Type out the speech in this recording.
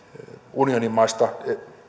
unionin maista